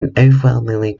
overwhelmingly